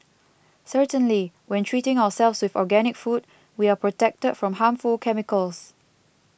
certainly when treating ourselves with organic food we are protected from harmful chemicals